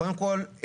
קודם כל,